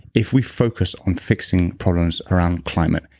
if we focus on fixing problems around climate,